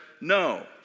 no